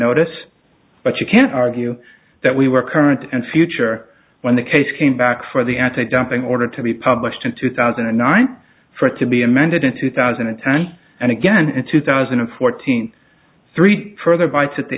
notice but you can't argue that we were current and future when the case came back for the antidumping order to be published in two thousand and nine for it to be amended in two thousand and nine and again in two thousand and fourteen three further bites at the